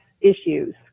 issues